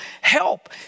help